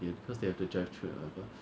that's why 你要吃